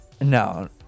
No